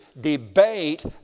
Debate